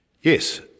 Yes